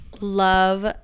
love